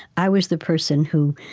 i was the person who,